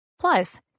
Plus